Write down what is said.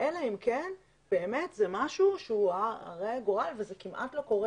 אלא אם כן באמת זה משהו שהוא הרה גורל וזה כמעט לא קורה